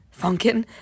funkin